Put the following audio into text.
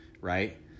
right